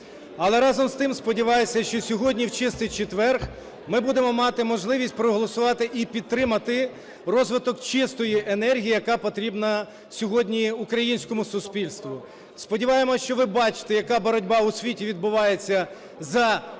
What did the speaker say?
Але разом з тим сподіваюся, що сьогодні в Чистий четвер ми будемо мати можливість проголосувати і підтримати розвиток чистої енергії, яка потрібна сьогодні українському суспільству. Сподіваємось, що ви бачите, яка боротьба у світі відбувається за чисте